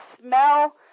smell